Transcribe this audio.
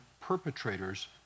perpetrators